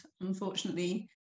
unfortunately